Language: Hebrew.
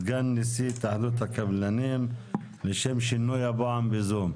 סגן נשיא התאחדות הקבלנים בזום הפעם.